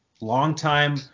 Longtime